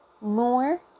more